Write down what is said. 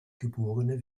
geborene